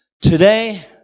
Today